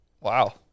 Wow